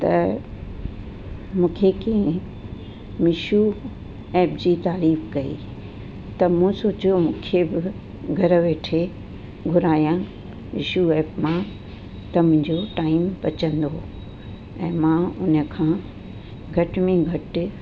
त मूंखे कीअं मिशो एप जी तारीफ़ कई त मूं सोचियो मूंखे बि घर वेठे घुरायां मिशो एप मां त मुंहिंजो टाइम बचंदो ऐं मां उन्हीअ खां घटि में घटि